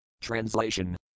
Translation